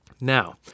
Now